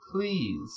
Please